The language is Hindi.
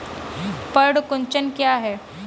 पर्ण कुंचन क्या है?